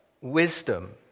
wisdom